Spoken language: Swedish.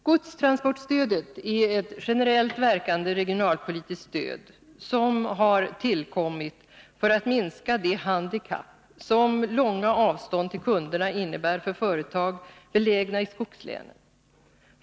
Godstransportstödet är ett generellt verkande regionalpolitiskt stöd, som har tillkommit för att minska det handikapp som långa avstånd till kunderna innebär för företag belägna i skogslänen.